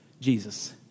Jesus